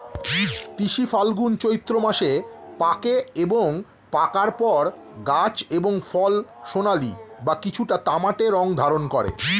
তিসি ফাল্গুন চৈত্র মাসে পাকে এবং পাকার পর গাছ এবং ফল সোনালী বা কিছুটা তামাটে রং ধারণ করে